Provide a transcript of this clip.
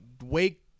Wake